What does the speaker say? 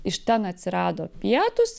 iš ten atsirado pietūs